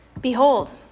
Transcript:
Behold